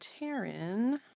Taryn